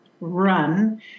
run